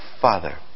father